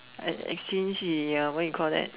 uh exchange in ya what you call that